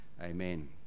Amen